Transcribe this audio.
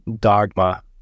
dogma